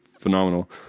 phenomenal